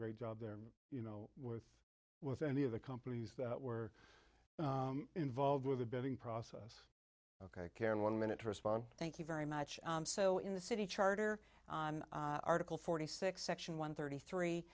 great job there you know with with any of the companies that were involved with the betting process ok karen one minute to respond thank you very much so in the city charter article forty six section one thirty three